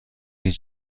نیز